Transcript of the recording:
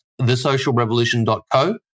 thesocialrevolution.co